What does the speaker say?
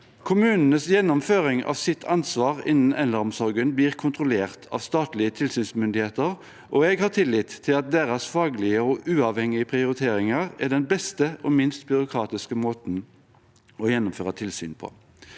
Kommunenes gjennomføring av deres ansvar innen eldreomsorgen blir kontrollert av statlige tilsynsmyndigheter, og jeg har tillit til at deres faglige og uavhengige prioriteringer er den beste og minst byråkratiske måten å gjennomføre tilsyn på.